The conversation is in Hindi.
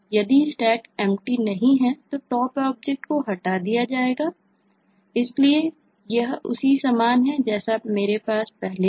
यदि Stack Empty नहीं है तो Top ऑब्जेक्ट को हटा दिया जाता है इसलिए यह उसी समान है जैसा मेरे पास था